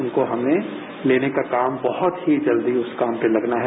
उनको हमे लेने का काम बहुत ही जल्दी उस काम पे लगना है